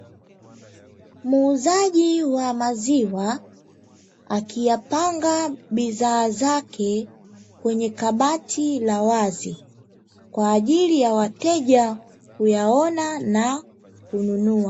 Muuzaji wa maziwa akiapanga bidhaa zake kwenye kabati la wazi, kwa ajili ya wateja kuyaona na kununua.